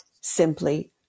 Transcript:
simply